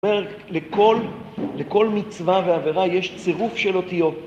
זאת אומרת, לכל מצווה ועבירה יש צירוף של אותיות.